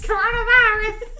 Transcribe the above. Coronavirus